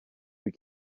you